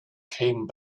came